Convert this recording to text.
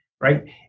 right